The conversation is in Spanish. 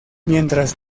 mientras